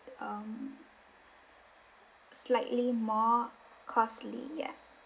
um slightly more costly ya